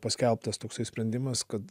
paskelbtas toksai sprendimas kad